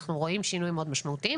אנחנו רואים שינוי מאוד משמעותי,